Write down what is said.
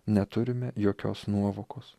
neturime jokios nuovokos